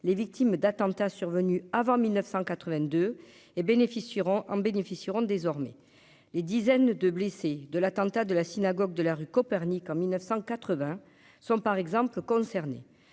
les victimes d'attentats survenus avant 1982 et bénéficieront en bénéficieront désormais les dizaines de blessés de l'attentat de la synagogue de la rue Copernic, en 1980 sont par exemple concernés